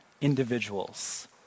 individuals